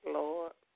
Lord